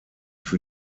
für